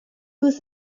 use